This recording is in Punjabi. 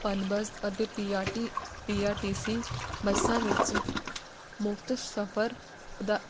ਪਨਬਸ ਅਤੇ P R T P R T C ਬੱਸਾਂ ਵਿੱਚ ਮੁਫਤ ਸਫਰ ਦਾ